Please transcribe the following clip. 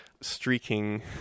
streaking